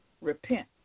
repent